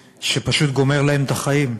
שפשוט גומר להם את החיים,